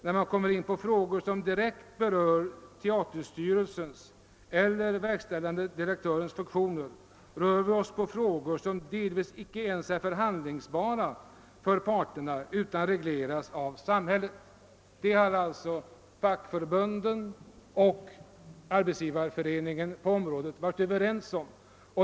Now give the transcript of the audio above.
När man kommer in på frågor, som direkt berör teaterstyrelsens eller VD:s funktioner, rör vi oss med frågor som delvis inte ens är förhandlingsbara för parterna utan reglerade av samhället.» Detta har alltså fackförbundet och Arbetsgivareföreningen på området varit överens om.